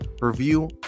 review